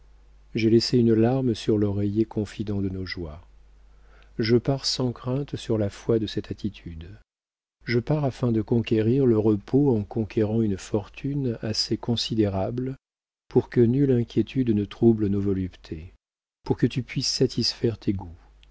j'ai laissé une larme sur l'oreiller confident de nos joies je pars sans crainte sur la foi de cette attitude je pars afin de conquérir le repos en conquérant une fortune assez considérable pour que nulle inquiétude ne trouble nos voluptés pour que tu puisses satisfaire